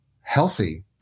healthy